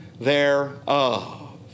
thereof